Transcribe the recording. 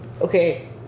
Okay